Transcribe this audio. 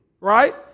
Right